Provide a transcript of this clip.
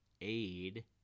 aid